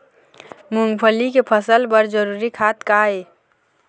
मूंगफली के फसल बर जरूरी खाद का ये?